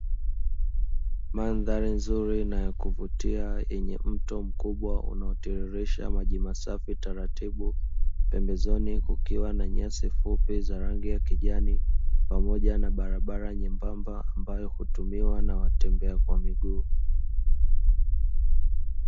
Mandhari nzuri na ya kuvutia yenye mto mkubwa unaotiririsha maji masafi taratibu, pembezoni kukiwa na nyasi fupi za rangi ya kijani pamoja na barabara nyembamba ambayo hutumiwa na watembea kwa miguu.